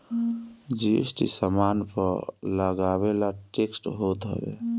GST सामान पअ लगेवाला टेक्स होत हवे